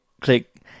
click